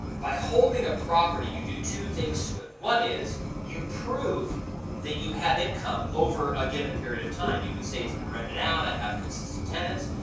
by holding a property, you do two things to it. one is you prove that you have income over a given period of time. you can say, s been rented out. i have consistent tenants.